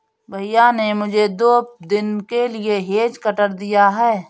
भैया ने मुझे दो दिन के लिए हेज कटर दिया है